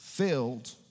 filled